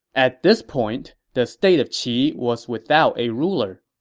at this point, the state of qi was without a ruler.